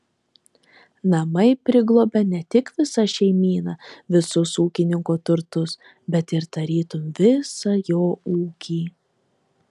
namai priglobia ne tik visą šeimyną visus ūkininko turtus bet ir tarytum visą jo ūkį